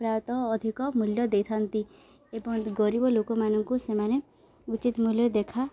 ପ୍ରାୟତଃ ଅଧିକ ମୂଲ୍ୟ ଦେଇଥାନ୍ତି ଏବଂ ଗରିବ ଲୋକମାନଙ୍କୁ ସେମାନେ ଉଚିତ ମୂଲ୍ୟ ଦେଖା